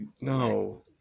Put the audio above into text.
no